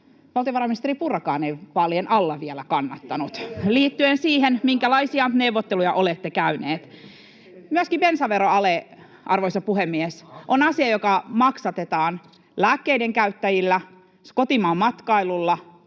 Niin, ei velalla, ja ei velaksi tehdä!] liittyen siihen, minkälaisia neuvotteluja olette käyneet. Myöskin bensaveroale, arvoisa puhemies, on asia, joka maksatetaan lääkkeiden käyttäjillä, kotimaanmatkailulla